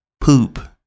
poop